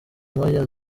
moya